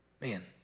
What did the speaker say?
Man